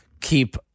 keep